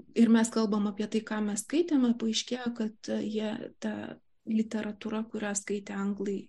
ir mes kalbam apie tai ką mes skaitėm paaiškėjo kad jie tą literatūra kurią skaitė anglai